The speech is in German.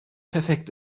perfekt